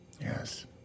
Yes